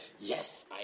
Yes